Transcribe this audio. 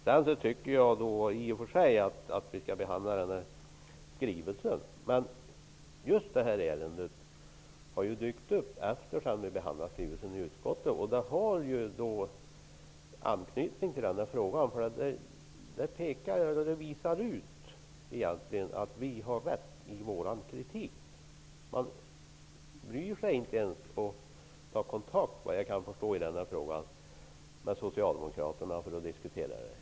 Jag tycker i och för sig att vi skall behandla skrivelsen. Just det här ärendet har emellertid dykt upp efter det att vi behandlade skrivelsen i utskottet. Det har anknytning till den här frågan. Det visar att vi har rätt i vår kritik. Man bryr sig inte ens om att ta kontakt med Socialdemokraterna för att diskutera frågan.